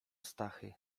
stachy